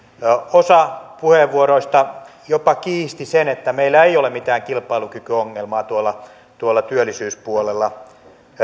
osa puheenvuoroista jopa kiisti sen että meillä on mitään kilpailukykyongelmaa tuolla tuolla työllisyyspuolella